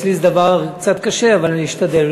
אצלי זה דבר קצת קשה, אבל אני אשתדל.